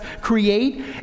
create